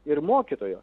ir mokytojo